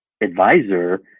advisor